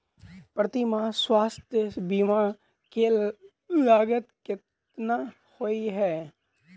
प्रति माह स्वास्थ्य बीमा केँ लागत केतना होइ है?